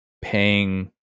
paying